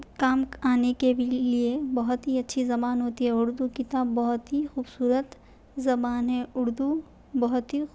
کام آنے کے بھی لئے بہت ہی اچھی زبان ہوتی ہے اردو کتاب بہت ہی خوبصورت زبان ہے اردو بہت ہی